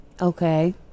okay